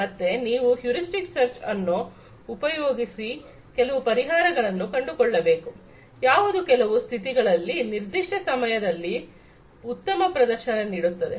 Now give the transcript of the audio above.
ಮತ್ತೆ ನೀವು heuristic search ಅನ್ನೋ ಉಪಯೋಗಿಸಿ ಕೆಲವು ಪರಿಹಾರಗಳನ್ನು ಕಂಡುಕೊಳ್ಳಬೇಕು ಯಾವುದು ಕೆಲವು ಸ್ಥಿತಿಗಳಲ್ಲಿ ನಿರ್ದಿಷ್ಟ ಸಮಯದಲ್ಲಿ ಉತ್ತಮ ಪ್ರದರ್ಶನ ನೀಡುತ್ತದೆ